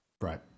Right